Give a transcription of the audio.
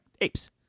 apes